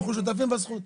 זכות, אנחנו שותפים בזכות.